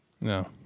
No